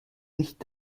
nicht